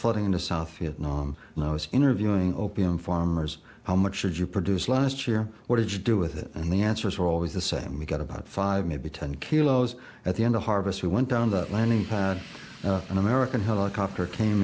flooding into south vietnam and i was interviewing opium farmers how much would you produce last year what did you do with it and the answers were always the same we got about five maybe ten kilos at the end of harvest we went down the line in an american helicopter came